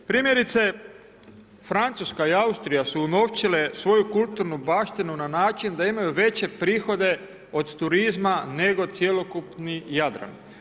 Primjerice, Francuska i Austrija su unovčile svoju kulturnu baštinu na način da imaju veće prihode od turizma nego cjelokupni Jadran.